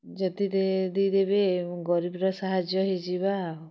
ଯଦି ଦେଇ ଦିବେ ଗରିବ୍ର ସାହାଯ୍ୟ ହେଇ ଯିବା ଆଉ